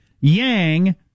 Yang